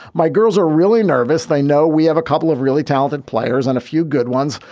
my girls are really nervous. they know we have a couple of really talented players and a few good ones,